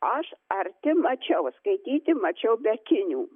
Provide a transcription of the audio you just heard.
aš arti mačiau skaityti mačiau be akinių